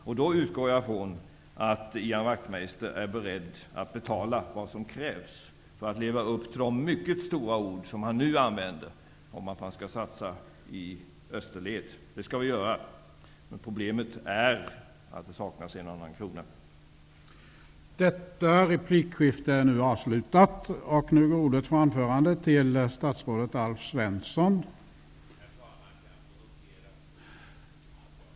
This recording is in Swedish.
Jag utgår från att Ian Wachtmeister då är beredd att betala vad som krävs för att leva upp till de mycket stora ord som han nu använder i fråga om att vi skall satsa i österled. Det skall vi göra, men problemet är att en och annan krona saknas.